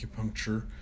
acupuncture